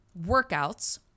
workouts